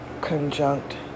Conjunct